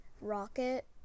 Rocket